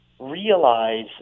realize